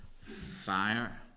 fire